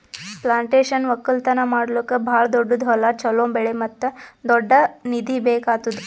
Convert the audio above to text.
plantation ಒಕ್ಕಲ್ತನ ಮಾಡ್ಲುಕ್ ಭಾಳ ದೊಡ್ಡುದ್ ಹೊಲ, ಚೋಲೋ ಬೆಳೆ ಮತ್ತ ದೊಡ್ಡ ನಿಧಿ ಬೇಕ್ ಆತ್ತುದ್